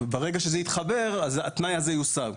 ברגע שזה יתחבר, התנאי הזה יוסר.